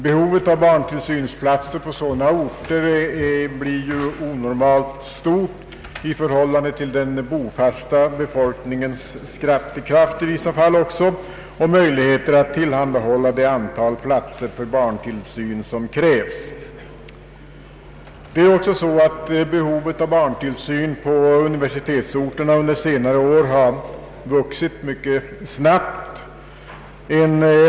Behovet av barntillsynsplatser blir ju på sådana orter onormalt stort i förhållande till den bofasta befolkningens skattekraft och möjligheter att tillhandahålla det antal platser för barntillsyn som krävs. Behovet av barntillsyn på universitetsorterna har under senare år vuxit mycket snabbt.